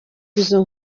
izo